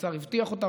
שהאוצר הבטיח אותם,